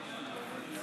אדוני.